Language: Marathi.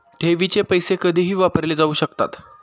ठेवीचे पैसे कधीही वापरले जाऊ शकतात